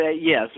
yes